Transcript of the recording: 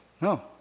No